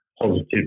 positive